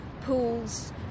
pools